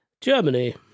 Germany